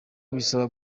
bisaba